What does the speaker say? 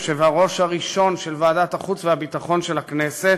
היושב-ראש הראשון של ועדת החוץ והביטחון של הכנסת,